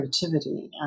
creativity